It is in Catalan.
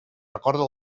recorde